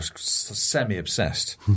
semi-obsessed